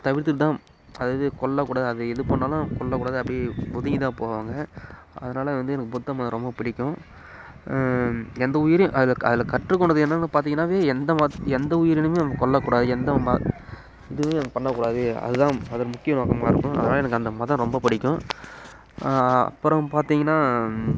தவிர்த்துட்டு தான் அதாவது கொல்லக்கூடாது அது எதுப்பண்ணாலும் கொல்லக்கூடாது அப்படியே ஒதுங்கிதான் போவாங்க அதனால வந்து எனக்கு புத்த மதம் ரொம்ப பிடிக்கும் எந்த உயிரையும் அதில் அதில் கற்றுக்கொண்டது என்னன்னு பார்த்திங்கன்னாவே எந்த மதத் எந்த உயிரினையுமே நம்ம கொல்லக்கூடாது எந்த மத இதுலையும் பண்ணக்கூடாது அதுதான் அதன் முக்கிய நோக்கமாக இருக்கும் அதனால எனக்கு அந்த மதம் ரொம்ப பிடிக்கும் அப்புறம் பார்த்திங்கன்னா